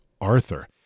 Arthur